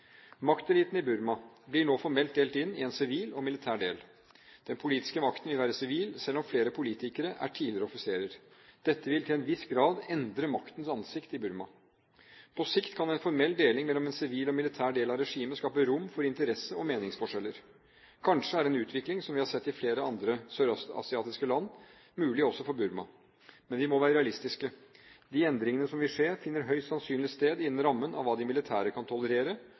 Makteliten i Burma blir nå formelt delt inn i en sivil og en militær del. Den politiske makten vil være sivil, selv om flere politikere er tidligere offiserer. Dette vil til en viss grad endre maktens ansikt i Burma. På sikt kan en formell deling mellom en sivil og en militær del av regimet skape rom for interesse- og meningsforskjeller. Kanskje er en utvikling – som vi har sett det i flere andre sørøstasiatiske land – mulig også for Burma. Men vi må være realistiske: De endringene som vil skje, finner høyst sannsynlig sted innenfor rammen av hva de militære kan tolerere.